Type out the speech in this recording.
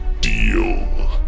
Deal